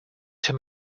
too